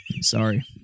Sorry